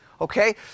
Okay